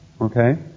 okay